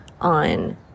on